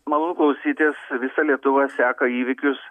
malonu klausytis visa lietuva seka įvykius